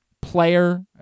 player